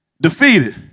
defeated